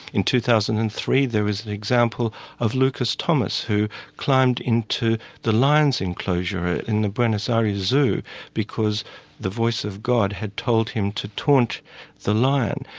in two thousand and three there was an example of lucas thomas, who climbed into the lion's enclosure in the buenos aires zoo because the voice of god had told him to taunt the lion.